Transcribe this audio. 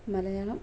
Malayalam